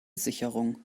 sicherung